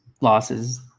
losses